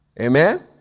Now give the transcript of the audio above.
Amen